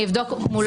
אני אבדוק מולם.